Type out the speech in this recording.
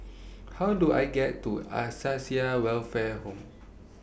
How Do I get to Acacia Welfare Home